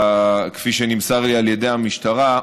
כפי שנמסר לי על ידי המשטרה,